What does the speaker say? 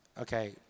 Okay